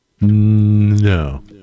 No